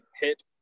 hit